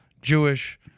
Jewish